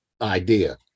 idea